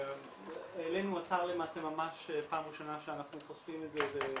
העלינו אתר ממש פעם ראשונה שאנחנו חושפים את זה,